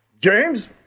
James